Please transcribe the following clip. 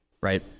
right